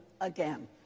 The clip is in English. again